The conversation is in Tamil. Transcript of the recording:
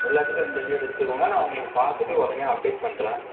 எல்லாத்துலேயும் ரெண்டு ரெண்டு எடுத்துக்கங்க நான் உங்களுக்கு பார்த்துட்டு உடனே அப்டேட் பண்ணுறேன்